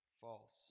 False